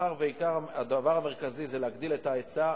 מאחר שהדבר המרכזי זה להגדיל את ההיצע,